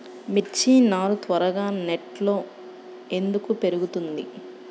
మిర్చి నారు త్వరగా నెట్లో ఎందుకు పెరుగుతుంది?